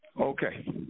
Okay